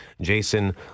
Jason